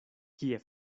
kie